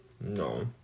No